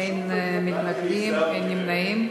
אין מתנגדים, אין נמנעים.